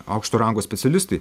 aukšto rango specialistai